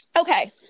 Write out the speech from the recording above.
Okay